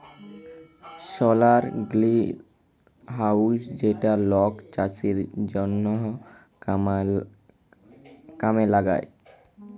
সলার greenhouse যেইটা লক চাষের জনহ কামে লাগায়